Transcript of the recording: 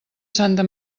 santa